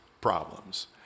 problems